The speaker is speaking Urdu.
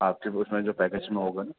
آپ کے اس میں جو پیکج میں ہوگا نا